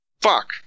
fuck